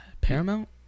Paramount